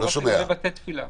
הוא מדבר על בתי תפילה.